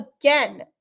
again